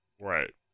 Right